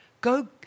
Go